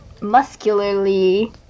muscularly